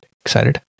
Excited